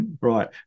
Right